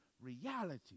reality